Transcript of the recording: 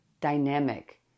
dynamic